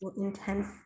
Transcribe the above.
intense